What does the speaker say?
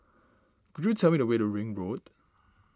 could you tell me the way to Ring Road